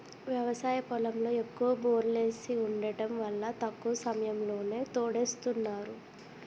వ్యవసాయ పొలంలో ఎక్కువ బోర్లేసి వుండటం వల్ల తక్కువ సమయంలోనే తోడేస్తున్నారు